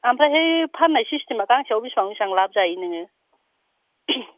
आमफ्रायहाय फान्नाय सिसतेमया गांसेयाव बिसिबां बिसिबां लाब जायो नाङो